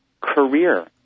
career